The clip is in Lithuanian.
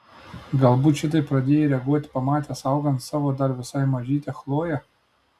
galbūt šitaip pradėjai reaguoti pamatęs augant savo dar visai mažytę chloję